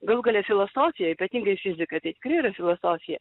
galų gale filosofija ypatingai fizika tai tikrai yra filosofija